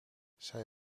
zij